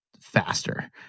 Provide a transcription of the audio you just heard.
faster